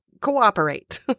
cooperate